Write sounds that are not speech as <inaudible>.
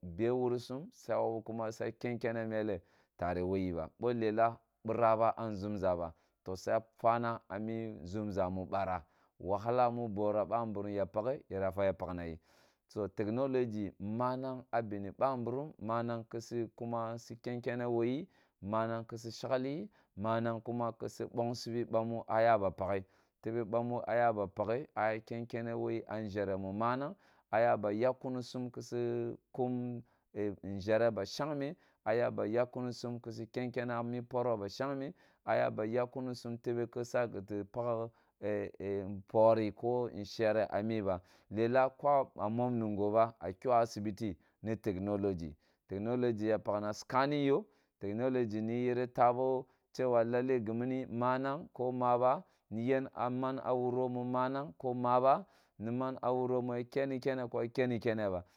Meh wursum suya wawu kuma kusu ya ken kenneh mele tereh woh yiba, boh lelah su biraba nzumzaba woh yiba toh suya fanah ahmi nʒumʒah mi barah tabahala mi bora babirim ya paghe yira fah pakna yi, technology manang ah beni bah birim manang kuma kusu ken kenneh woh yi, manang kuma kusu ken kenneh woh yi, manang kusus shekliyi, mananang kuma kusu bongsibi ɓami ah ya ba paghe tebe bami ah ya ba paghe, ah ya ken kenneh woh yi ah nʒereh mi manang, ah yaba yakkumisum kisu kum nʒereh ma shekmeh, ah ya be yakkunisum kusu pak poroh ba shekmeh, ah yaba yakkumisum tebe kisa gitti pak <hesitation> pori ko nʒereh ah miba, lelab ba ah mon nungo ba, ah kyoh ah asibiti ni technology, technology ya pakna sikanin yoh, technology miyi yira taboh cewa lalleh gimni mamang ko maba, ni yen ah man ah wuroh mi manang ko maba, ni man ah wuroh miya kenni kenneh ko ya kenni kenneh ba.